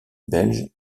belge